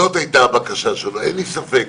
זו הייתה הבקשה שלו, אין לי ספק.